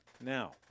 Now